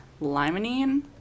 limonene